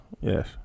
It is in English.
Yes